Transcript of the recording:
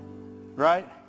Right